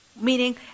Meaning